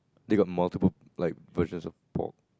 they got multiple like versions of pork